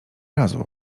razu